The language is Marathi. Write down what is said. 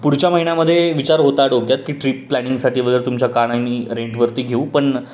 पुढच्या महिन्यामध्ये विचार होता डोक्यात की ट्रीप प्लॅनिंगसाठी वगैरे तुमच्या कार आम्ही रेंटवरती घेऊ पण